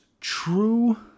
true